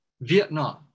Vietnam